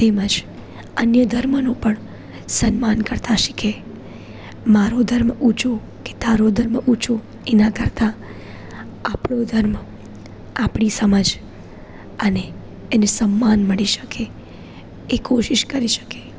તેમજ અન્ય ધર્મોનું પણ સન્માન કરતાં શીખે મારું ધર્મ ઊંચું કે તારું ધર્મ ઊંચું એના કરતાં આપણો ધર્મ આપણી સમજ અને એને સન્માન મળી શકે એ કોશિશ કરી શકે